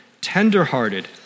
tenderhearted